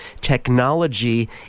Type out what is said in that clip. technology